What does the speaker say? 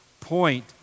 point